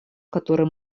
которые